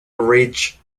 ridge